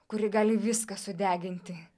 kuri gali viską sudeginti